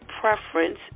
preference